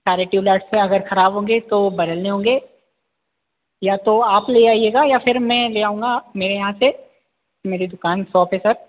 सारे tubelights sir अगर खराब होंगे तो बदलने होंगे या तो आप ले आइएगा या फिर मैं ले आऊँगा मेरे यहाँ से मेरी दुकान सॉप है सर